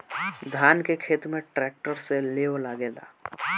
धान के खेत में ट्रैक्टर से लेव लागेला